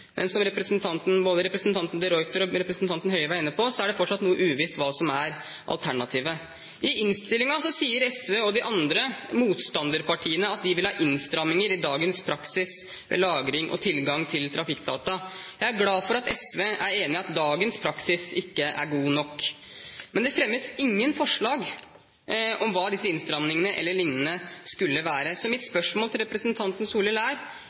men som både representanten de Ruiter og representanten Høie var inne på, er det fortsatt noe uvisst hva som er alternativet. I innstillingen sier SV og de andre motstanderpartiene at de vil ha innstramminger i dagens praksis med hensyn til lagring av og tilgang til trafikkdata. Jeg er glad for at SV er enig i at dagens praksis ikke er god nok. Men det fremmes ingen forslag om hva disse innstrammingene eller lignende skulle være. Så mitt spørsmål til representanten